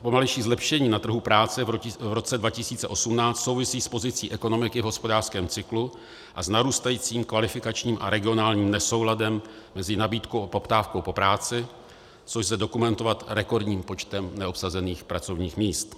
Pomalejší zlepšení na trhu práce v roce 2018 souvisí s pozicí ekonomiky v hospodářském cyklu a s narůstajícím kvalifikačním a regionálním nesouladem mezi nabídkou a poptávkou po práci, což lze dokumentovat rekordním počtem neobsazených pracovních míst.